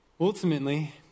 ultimately